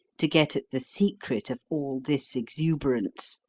to get at the secret of all this exuberance,